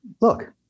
look